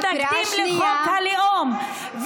שמתנגדים לחוק הלאום,